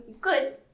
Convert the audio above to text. Good